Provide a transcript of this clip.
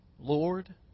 Lord